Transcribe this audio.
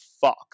fuck